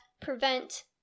prevent